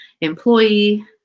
employee